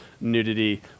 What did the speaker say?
nudity